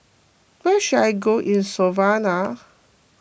where should I go in Slovenia